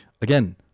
Again